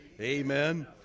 Amen